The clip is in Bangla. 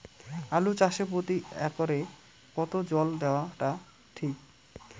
আলু চাষে প্রতি একরে কতো জল দেওয়া টা ঠিক?